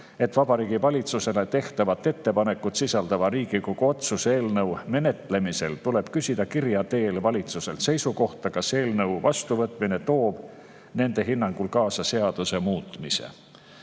et Vabariigi Valitsusele tehtavat ettepanekut sisaldava Riigikogu otsuse eelnõu menetlemisel tuleb küsida kirja teel valitsuselt seisukohta, kas eelnõu vastuvõtmine toob nende hinnangul kaasa seaduse muutmise